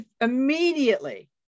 immediately